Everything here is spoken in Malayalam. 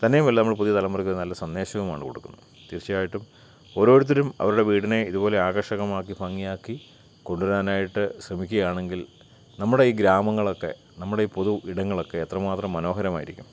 തന്നെയുമല്ല നമ്മൾ പുതിയ തലമുറയ്ക്ക് നല്ല സന്ദേശവുമാണ് കൊടുക്കുന്നത് തീർച്ചയായിട്ടും ഓരോരുത്തരും അവരുടെ വീടിനെ ഇതുപോലെ ആകർഷകമാക്കി ഭംഗിയാക്കി കൊണ്ടുവരാനായിട്ട് ശ്രമിക്കുകയാണെങ്കിൽ നമ്മുടെ ഈ ഗ്രാമങ്ങളൊക്കെ നമ്മുടെ ഈ പൊതു ഇടങ്ങളൊക്കെ എത്രമാത്രം മനോഹരമായിരിക്കും